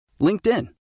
LinkedIn